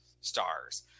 stars